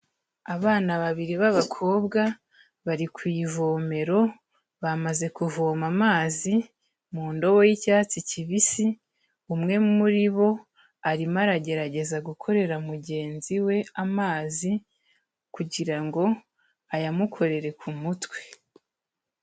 Abana babiri b'abakobwa bari ku ivomero bamaze kuvoma amazi mu ndobo y'icyatsi kibisi, umwe muri bo arimo aragerageza gukorera mugenzi we amazi kugira ngo ayamukorere ku mutwe.